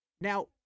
Now